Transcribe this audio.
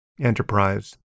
enterprise